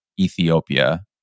Ethiopia